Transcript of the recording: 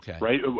right